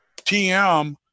TM